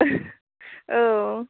औ